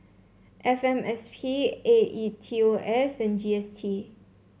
F M S P A E T O S and G S T